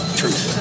truth